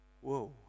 Whoa